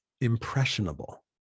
impressionable